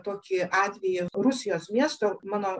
tokį atvejį rusijos miestų mano